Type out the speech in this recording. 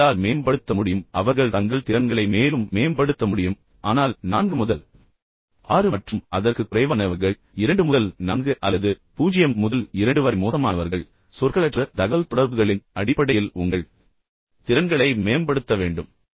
அவர்களால் மேம்படுத்த முடியும் அவர்கள் தங்கள் திறன்களை மேலும் மேம்படுத்த முடியும் ஆனால் 4 முதல் 6 மற்றும் அதற்குக் குறைவானவர்கள் 2 முதல் 4 அல்லது 0 முதல் 2 வரை மோசமானவர்கள் சொற்களற்ற தகவல்தொடர்புகளின் அடிப்படையில் உங்கள் திறன்களை மேம்படுத்த வேண்டும்